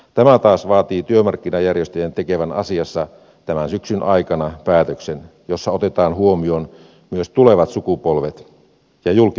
tämä taas vaatii että työmarkkinajärjestöt tekevät asiassa tämän syksyn aikana päätöksen jossa otetaan huomioon myös tulevat sukupolvet ja julkinen talous